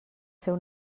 seu